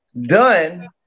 done